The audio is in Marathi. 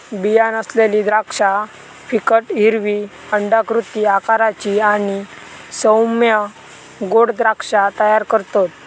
बीया नसलेली द्राक्षा फिकट हिरवी अंडाकृती आकाराची आणि सौम्य गोड द्राक्षा तयार करतत